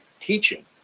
teaching